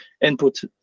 input